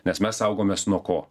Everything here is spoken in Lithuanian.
nes mes saugomės nuo ko